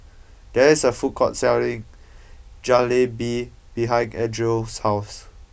there is a food court selling Jalebi behind Edrie's house